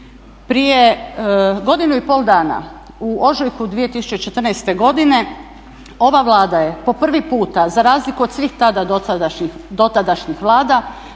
prije godinu i pol dana u ožujku 2014. godine ova Vlada je po prvi puta za razliku od svih tada dotadašnjih Vlada